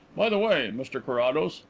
by the way, mr carrados,